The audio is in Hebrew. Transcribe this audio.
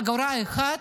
אגורה אחת,